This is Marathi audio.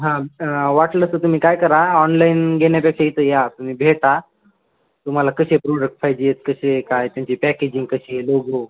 हां वाटलं तरं तुम्ही काय करा ऑनलाईन घेण्यापेक्षा इथं या तुम्ही भेटा तुम्हाला कसे प्रोडक्ट पाहिजेत कसे काय त्यांची पॅकेजिंग कशी आहे लोगो